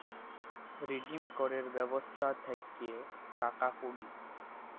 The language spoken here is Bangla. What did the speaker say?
রিডিম ক্যরের ব্যবস্থা থাক্যে টাকা কুড়ি